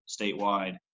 statewide